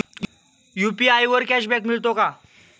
UPI वर cashback मिळतो का?